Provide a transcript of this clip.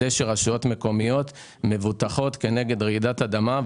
שרשויות מקומות מבוטחות כנגד רעידת אדמה,